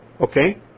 Okay